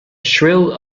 shrill